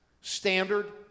standard